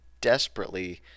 desperately